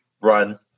Run